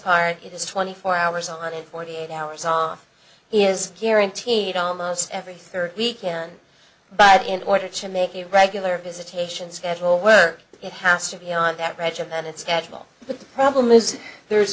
it is twenty four hours on it forty eight hours on he is guaranteed almost every weekend but in order to make the regular visitation schedule work it has to be on that regimented schedule but the problem is there